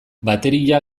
bateria